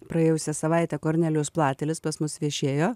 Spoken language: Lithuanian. praėjusią savaitę kornelijus platelis pas mus viešėjo